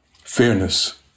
fairness